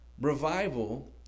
revival